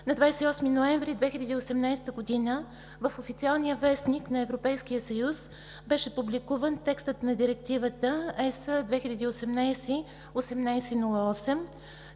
На 28 ноември 2018 г. в Официалния вестник на Европейския съюз беше публикуван текстът на Директива ЕС 2018/1808.